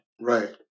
Right